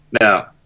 Now